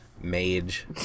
mage